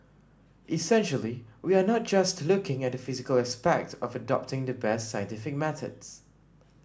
essentially we are not just looking at the physical aspect of adopting the best scientific methods